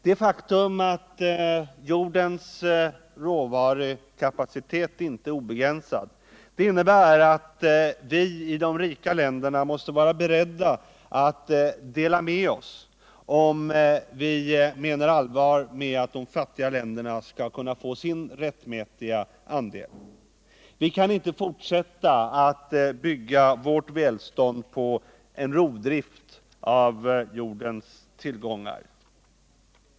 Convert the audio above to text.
Det faktum att jordens råvarukapacitet inte är obegränsad innebär att vi som lever i de rika länderna måste vara beredda att dela med oss, om vi menar allvar med vårt tal om att de fattiga länderna skall kunna få sin rättmätiga andel. Vi kan inte fortsätta att bygga vårt välstånd på en rovdrift av jordens tillgångar.